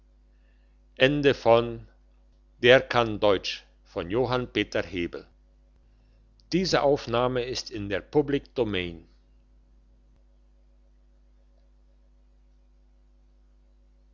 der kann deutsch bekanntlich gibt es in der